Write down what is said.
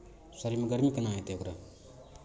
शरीरमे गरमी केना अयतै ओकरा